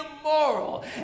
immoral